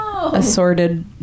assorted